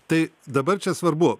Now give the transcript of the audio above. tai dabar čia svarbu